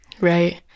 Right